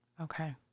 Okay